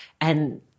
and-